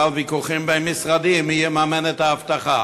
ויכוחים בין משרדים מי יממן את האבטחה?